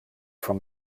from